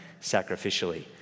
sacrificially